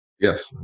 Yes